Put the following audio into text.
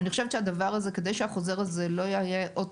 אני חושבת שכדי שהחוזר הזה לא יהיה אות